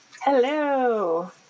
Hello